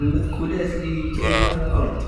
المأكولات الي كاينة على الأرض